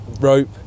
rope